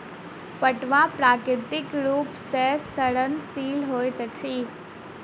पटुआ प्राकृतिक रूप सॅ सड़नशील होइत अछि